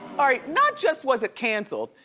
all right, not just was it canceled,